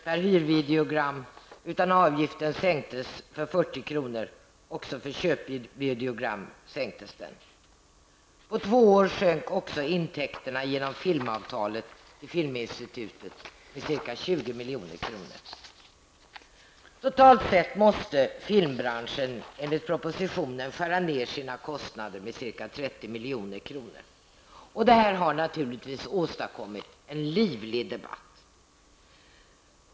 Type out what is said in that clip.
per hyrvideogram, utan avgiften sänktes till 40 kr. Också för köpvideogram sänktes den. På två år sjönk också intäkterna genom filmavtalet till Filminstitutet med ca 20 Totalt sett måste filmbranschen enligt propositionen skära ner sina kostnader med ca 30 milj.kr. Detta har naturligtvis åstadkommit en livlig debatt.